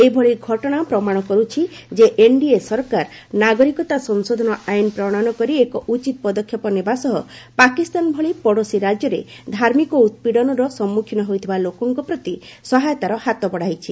ଏଭଳି ଘଟଣା ପ୍ରମାଣ କରୁଛି ଯେ ଏନ୍ଡିଏ ସରକାର ନାଗରିକତା ସଂଶୋଧନ ଆଇନ ପ୍ରଣୟନ କରି ଏକ ଉଚିତ ପଦକ୍ଷେପ ନେବା ସହ ପାକିସ୍ତାନ ଭଳି ପଡ଼ୋଶୀ ରାଜ୍ୟରେ ଧାର୍ମିକ ଉତ୍ପୀଡ଼ନର ସମ୍ମୁଖୀନ ହେଉଥିବା ଲୋକଙ୍କ ପ୍ରତି ସହାୟତାର ହାତ ବଢ଼ାଇଛନ୍ତି